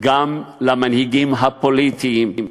גם למנהיגים הפוליטיים,